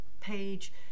page